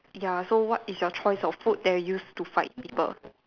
ya so what is your choice of food that you use to fight people